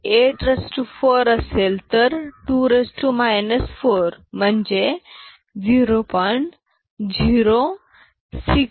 84 असेल तर 2 4 म्हणजे 0